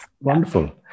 Wonderful